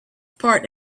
part